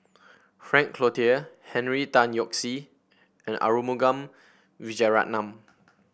Frank Cloutier Henry Tan Yoke See and Arumugam Vijiaratnam